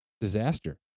disaster